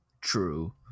True